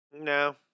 No